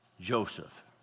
Joseph